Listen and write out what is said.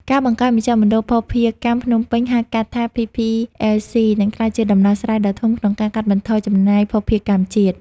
ការបង្កើតមជ្ឈមណ្ឌលភស្តុភារកម្មភ្នំពេញ (ហៅកាត់ថា PPLC) នឹងក្លាយជាដំណោះស្រាយដ៏ធំក្នុងការកាត់បន្ថយចំណាយភស្តុភារកម្មជាតិ។